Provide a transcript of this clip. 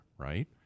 right